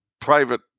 private